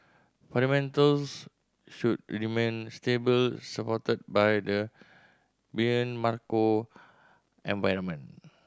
fundamentals should remain stable supported by the benign macro environment